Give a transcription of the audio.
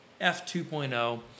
f2.0